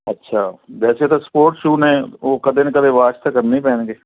ਅੱਛਾ ਵੈਸੇ ਤਾਂ ਸਪੋਰਟਸ ਸ਼ੂ ਨੇ ਉਹ ਕਦੇ ਨਾ ਕਦੇ ਵਾਸ਼ ਤਾਂ ਕਰਨੇ ਹੀ ਪੈਣਗੇ